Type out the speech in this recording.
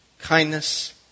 kindness